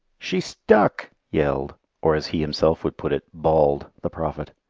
she's stuck! yelled, or as he himself would put it, bawled, the prophet.